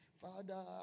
Father